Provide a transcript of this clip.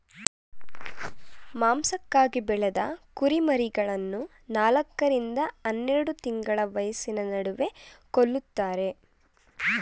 ಮಾಂಸಕ್ಕಾಗಿ ಬೆಳೆದ ಕುರಿಮರಿಗಳನ್ನು ನಾಲ್ಕ ರಿಂದ ಹನ್ನೆರೆಡು ತಿಂಗಳ ವಯಸ್ಸಿನ ನಡುವೆ ಕೊಲ್ತಾರೆ